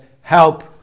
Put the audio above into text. help